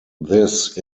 this